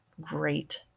great